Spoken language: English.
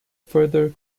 further